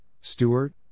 Stewart